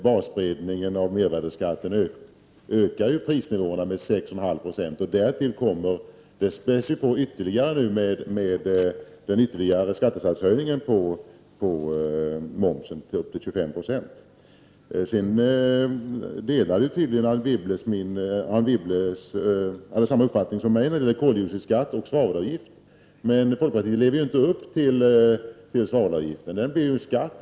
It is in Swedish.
Basbreddningen av mervärdeskatten höjer prisnivån med 6,5 96, och den späds nu på ytterligare med skattesatshöjningen på momsen upp till 25 90. Sedan har Anne Wibble tydligen samma uppfattning som jag när det gäller koldioxidskatt och svavelavgift, men folkpartiet lever inte upp till intentionerna bakom svavelavgiften, för den blir ju en skatt.